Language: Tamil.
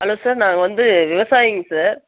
ஹலோ சார் நாங்கள் வந்து விவசாயிங்க சார்